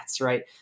right